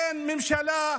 אין ממשלה.